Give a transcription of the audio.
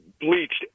bleached